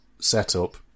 setup